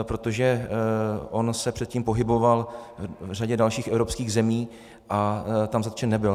Protože on se předtím pohyboval v řadě dalších evropských zemí a tam zatčen nebyl.